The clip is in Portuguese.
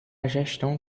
gestão